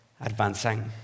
advancing